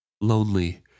Lonely